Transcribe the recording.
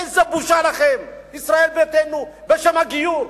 איזו בושה לכם, ישראל ביתנו, בשם הגיור.